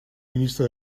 ministro